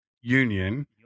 Union